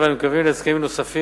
ואנו מקווים להסכמים נוספים,